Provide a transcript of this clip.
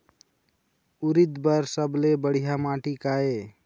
उरीद बर सबले बढ़िया माटी का ये?